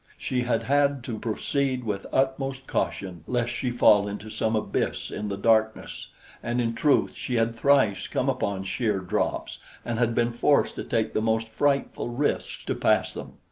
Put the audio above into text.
she had had to proceed with utmost caution lest she fall into some abyss in the darkness and in truth she had thrice come upon sheer drops and had been forced to take the most frightful risks to pass them.